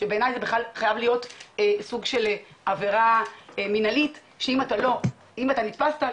שבעיניי זה בכלל חייב להיות סוג של עבירה מנהלית שאם אתה נתפסת,